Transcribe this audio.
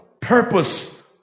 purpose